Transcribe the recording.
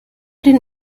den